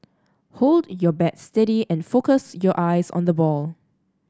hold your bat steady and focus your eyes on the ball